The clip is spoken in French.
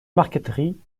marqueterie